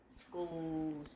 schools